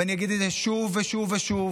ואני אגיד את זה שוב ושוב ושוב,